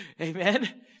Amen